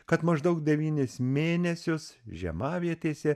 kad maždaug devynis mėnesius žiemavietėse